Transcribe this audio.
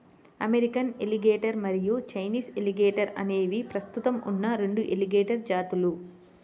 American alligator మరియు Chinese alligator అనేవి ప్రస్తుతం ఉన్న రెండు ఎలిగేటర్ జాతులు